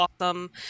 awesome